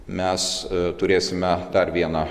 mes turėsime dar vieną